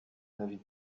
david